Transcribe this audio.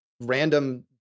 random